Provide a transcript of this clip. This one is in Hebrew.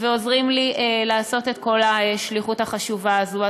ועוזרים לי לעשות את כל השליחות החשובה הזאת.